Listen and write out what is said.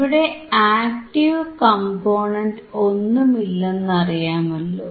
ഇവിടെ active component ഒന്നുമില്ലെന്ന് അറിയാമല്ലോ